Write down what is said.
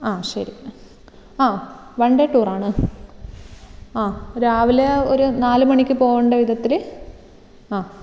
ആ ശരി ആ വൺ ഡേ ടൂറാണ് ആ രാവിലെ ഒരു നാലുമണിക്ക് പോകേണ്ട വിധത്തിൽ ആ